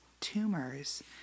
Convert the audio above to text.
tumors